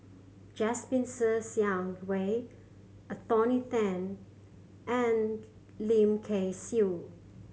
Jasmine Ser Xiang Wei Anthony Then and Lim Kay Siu